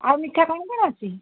ଆଉ ମିଠା କ'ଣ କ'ଣ ଅଛି